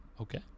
Okay